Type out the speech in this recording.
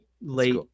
late